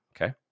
Okay